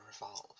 revolve